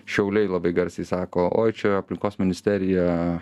šiauliai labai garsiai sako oi čia aplinkos ministerija